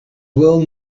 well